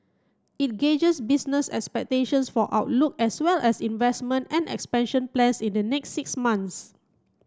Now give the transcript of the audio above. it gauges business expectations for outlook as well as investment and expansion plans in the next six months